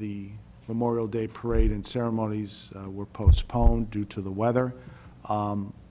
the memorial day parade and ceremonies were postponed due to the weather